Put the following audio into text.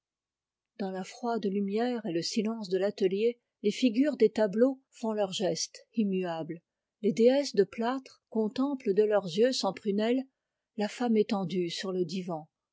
dans la froide lumière et le silence de l'atelier les figures des tableaux font leurs gestes immuables les déesses de plâtre contemplent de leurs yeux sans prunelle la femme étendue sur le divan